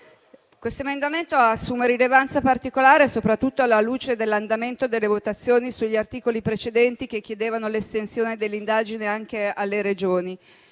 questo emendamento assume rilevanza particolare soprattutto alla luce dell'andamento delle votazioni sugli articoli precedenti, che chiedevano l'estensione dell'indagine anche alle Regioni.